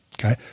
Okay